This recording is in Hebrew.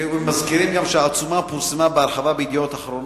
מוזכר גם שהעצומה פורסמה בהרחבה ב"ידיעות אחרונות"